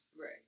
Right